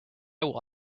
will